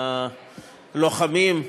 הלוחמים,